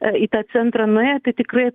į tą centrą nuėję tai tikrai